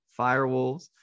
Firewolves